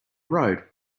road